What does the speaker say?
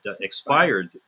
expired